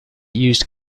used